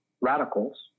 radicals